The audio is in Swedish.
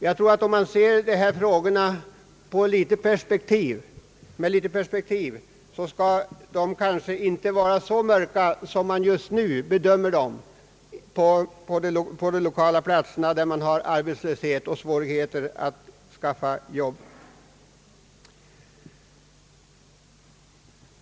Jag tror att om man ser problemet i litet längre perspektiv skall det kanske inte bedömas så mörkt som man just nu gör lokalt på de platser där man har arbetslöshet och svårigheter att skaffa arbete.